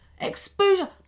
exposure